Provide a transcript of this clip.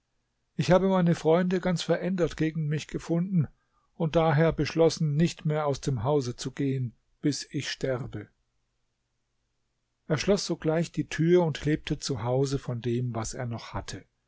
ich habe meine freunde ganz verändert gegen mich gefunden und daher beschlossen nicht mehr aus dem hause zu gehen bis ich sterbe er schloß sogleich die tür und lebte zu hause von dem was er noch hatte